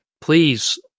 Please